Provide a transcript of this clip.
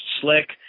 Slick